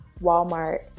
Walmart